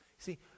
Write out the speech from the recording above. See